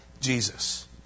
Jesus